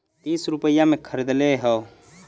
तीस रुपइया मे खरीदले हौ